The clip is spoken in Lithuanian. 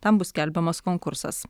tam bus skelbiamas konkursas